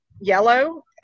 yellow